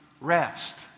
rest